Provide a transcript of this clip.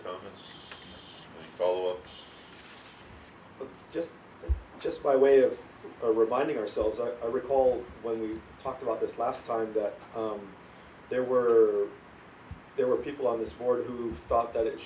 really follow ups but just just by way of reminding ourselves i recall when we talked about this last time that there were there were people on this board who thought that